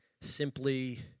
simply